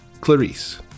Clarice